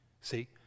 See